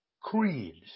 creeds